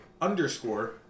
underscore